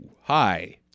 Hi